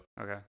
Okay